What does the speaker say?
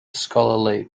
scholarly